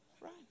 Right